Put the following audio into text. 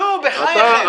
נו, בחייכם.